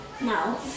no